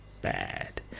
bad